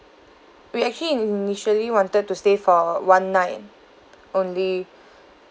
we actually initially wanted to stay for uh one night only